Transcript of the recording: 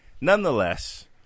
Nonetheless